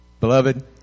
Beloved